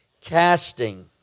Casting